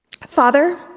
Father